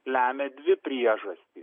lemia dvi priežastys